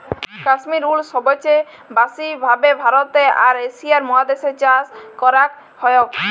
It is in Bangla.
কাশ্মির উল সবচে ব্যাসি ভাবে ভারতে আর এশিয়া মহাদেশ এ চাষ করাক হয়ক